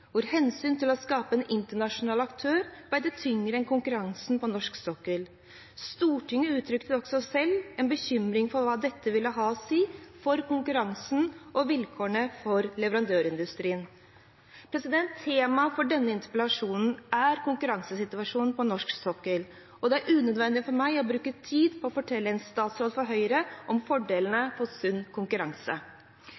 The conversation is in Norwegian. hvor hensynet til å skape en internasjonal aktør veide tyngre enn konkurransen på norsk sokkel. Stortinget uttrykte også selv en bekymring for hva dette ville ha å si for konkurransen og vilkårene for leverandørindustrien. Tema for denne interpellasjonen er konkurransesituasjonen på norsk sokkel, og det er unødvendig for meg å bruke tid på å fortelle en statsråd fra Høyre om fordelene